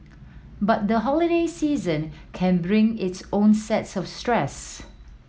but the holiday season can bring its own set of stress